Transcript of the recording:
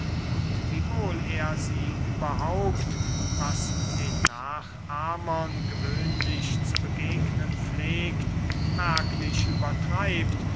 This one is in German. und wiewohl er sie überhaupt was den nachahmern gewöhnlich zu begegnen pflegt merklich übertreibt